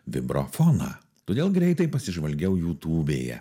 bibrofoną todėl greitai pasižvalgiau jutūbėje